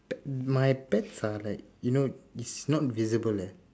my pets are like you know it's not visible leh